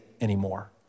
anymore